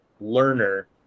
learner